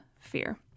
Fear